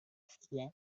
froid